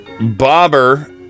Bobber